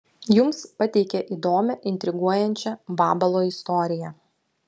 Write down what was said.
jums pateikia įdomią intriguojančią vabalo istoriją